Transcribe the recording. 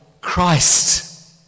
Christ